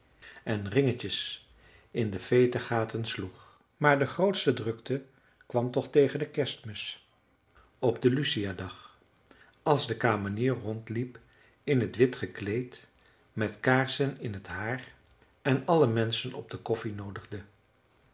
en ringetjes in de vetergaten sloeg maar de grootste drukte kwam toch tegen de kerstmis op den luciadag als de kamenier rondliep in het wit gekleed met kaarsen in t haar en alle menschen op de koffie noodigde